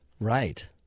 right